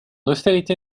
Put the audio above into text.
austérité